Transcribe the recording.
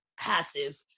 passive